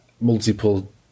multiple